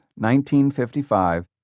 1955